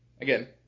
Again